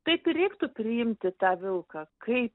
taip ir reiktų priimti tą vilką kaip